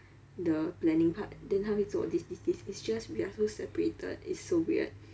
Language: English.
the planning part then 他会做 this this this it's just we are so separated it's so weird